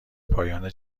پایان